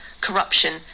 corruption